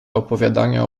opowiadania